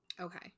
okay